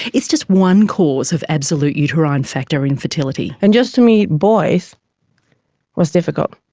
it's just one cause of absolute uterine factor infertility. and just to meet boys was difficult.